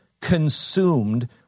consumed